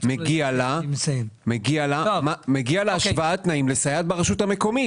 מגיע לה השוואת תנאים לסייעת ברשות המקומית.